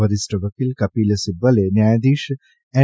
વરિષ્ઠ વકીલ કપિસ સિબ્બલે ન્યાયાધીશ એન